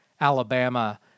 Alabama